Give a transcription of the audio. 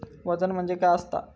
वजन म्हणजे काय असता?